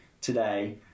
today